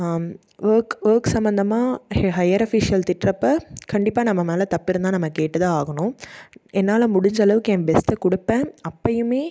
work work சம்மந்தமாக ஹ higher official திட்டுறப்ப கண்டிப்பாக நம்ம மேல் தப்பிருந்தால் நம்ம கேட்டுதான் ஆகணும் என்னால் முடிஞ்ச அளவுக்கு என் பெஸ்ட்டை கொடுப்பேன் அப்போயுமே